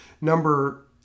number